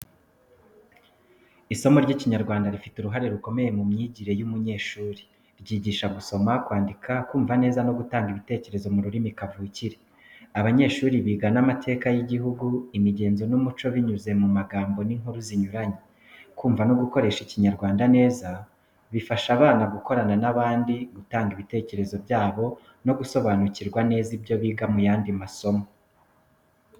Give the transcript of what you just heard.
Isomo ry’Ikinyarwanda rifite uruhare rukomeye mu myigire y’umunyeshuri. Ryigisha gusoma, kwandika, kumva neza no gutanga ibitekerezo mu rurimi kavukire. Abanyeshuri biga n’amateka y’igihugu, imigenzo n’umuco binyuze mu magambo n’inkuru zinyuranye. Kumva no gukoresha Ikinyarwanda neza bifasha abana gukorana n’abandi, gutanga ibitekerezo byabo no gusobanukirwa neza ibyo biga mu yandi masomo.